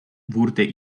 wurde